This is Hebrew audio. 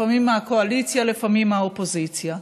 לפעמים מהקואליציה, לפעמים מהאופוזיציה,